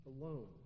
alone